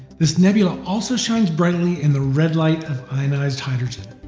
this nebula also shines brightly in the red light of energized hydrogen.